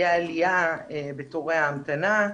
תהיה עלייה בתורי ההמתנה,